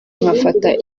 nkafata